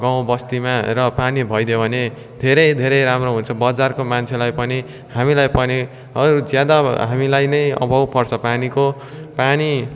गाउँ बस्तीमा र पानी भइदियो भने धेरै धेरै राम्रो हुन्छ बजारको मान्छेलाई पनि हामीलाई पनि अझै ज्यादा हामीलाई नै अभाव पर्छ पानीको पानी